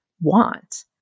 want